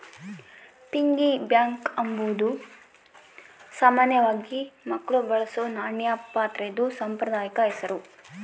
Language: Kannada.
ಪಿಗ್ಗಿ ಬ್ಯಾಂಕ್ ಅಂಬಾದು ಸಾಮಾನ್ಯವಾಗಿ ಮಕ್ಳು ಬಳಸೋ ನಾಣ್ಯ ಪಾತ್ರೆದು ಸಾಂಪ್ರದಾಯಿಕ ಹೆಸುರು